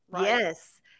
Yes